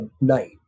night